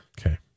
Okay